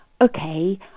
okay